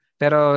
pero